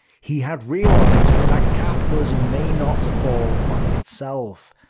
he had realized that capitalism may not fall by itself.